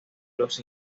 los